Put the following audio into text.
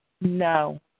No